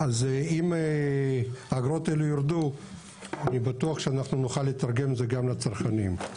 אז אם האגרות האלה יירדו אני בטוח שאנחנו נוכל לתרגם את זה גם לצרכנים.